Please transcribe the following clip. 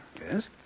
Yes